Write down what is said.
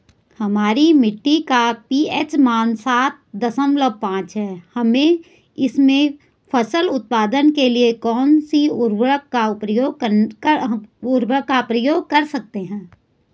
हमारी मिट्टी का पी.एच मान सात दशमलव पांच है हम इसमें फसल उत्पादन के लिए कौन से उर्वरक का प्रयोग कर सकते हैं?